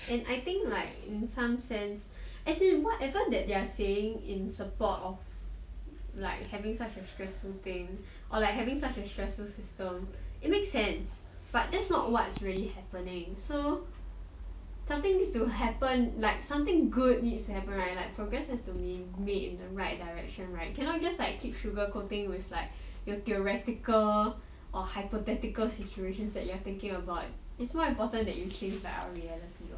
and I think like in some sense as in whatever that they're saying in support of like having such a stressful thing or like having such a stressful system it makes sense but that's not what's really happening so something needs to happen like something good needs to happen right for progress to be made in the right direction right cannot just like keep sugar coating with like your theoretical or hypothetical situations that you are thinking about is more important that you change our reality [what]